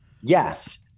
Yes